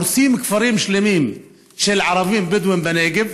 הורסים כפרים שלמים של ערבים בדואים בנגב